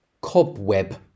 cobweb